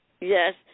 Yes